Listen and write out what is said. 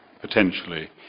potentially